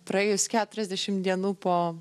praėjus keturiasdešimt dienų po